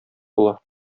була